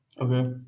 Okay